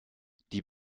die